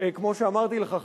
כמו שאמרתי לך,